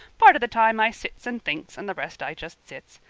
part of the time i sits and thinks and the rest i jest sits.